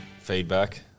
feedback